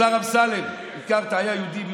השר אמסלם, אתה תיהנה מהסיפור הזה.